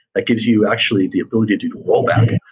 it gives you actually the ability to rollback.